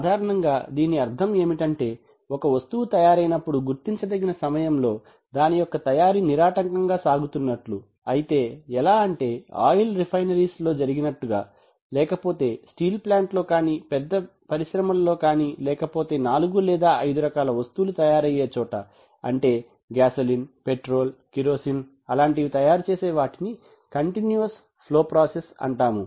సాధారణంగా దీని అర్థం ఏమిటంటే ఒక వస్తువు తయారైనప్పుడు గుర్తించదగిన సమయంలో దాని యొక్క తయారీ నిరాటంకంగా సాగుతున్నట్లు అయితే ఎలా అంటే ఆయిల్ రిఫైనరీస్ లో జరిగినట్టుగా లేకపోతే స్టీల్ ప్లాంట్ లో కానీ పెద్ద పరిశ్రమలలో కానీ లేకపోతే నాలుగు లేదా ఐదు రకాల వస్తువులు తయారయ్యే చోట అంటే గాసోలిన్ పెట్రోల్ కిరోసిన్ అలాంటివి తయారు చేసేవాటిని కంటిన్యూస్ ఫ్లో ప్రాసెస్ అంటాము